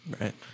Right